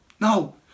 No